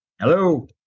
Hello